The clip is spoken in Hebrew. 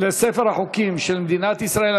לספר החוקים של מדינת ישראל.